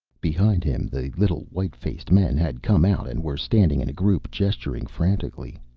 behind him the little white-faced men had come out and were standing in a group, gesturing frantically.